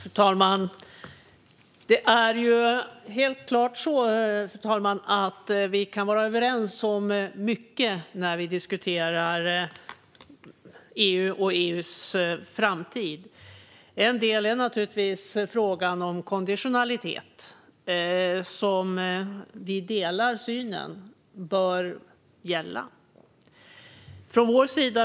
Fru talman! Det är helt klart att vi kan vara överens om mycket när vi diskuterar EU och EU:s framtid. En del är frågan om konditionalitet, där vi delar synen att det bör gälla.